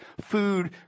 food